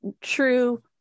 true